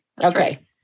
Okay